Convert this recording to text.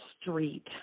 street